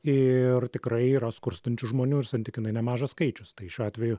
ir tikrai yra skurstančių žmonių ir santykinai nemažas skaičius tai šiuo atveju